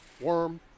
worm